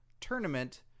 tournament